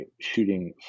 shooting